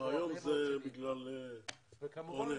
היום זה בגלל רונן.